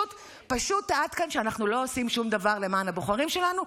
פשוט טענת כאן שאנחנו לא עושים שום דבר למען הבוחרים שלנו,